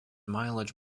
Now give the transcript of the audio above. mileage